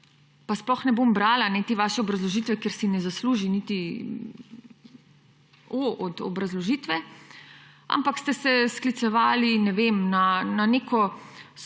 pa sploh ne bom brala te vaše obrazložitve, ker si ne zasluži niti o od obrazložitve, ampak ste se sklicevali na neke